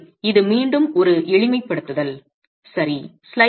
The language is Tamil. எனவே இது மீண்டும் ஒரு எளிமைப்படுத்தல் சரி